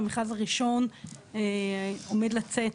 המכרז הראשון עומד לצאת,